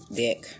dick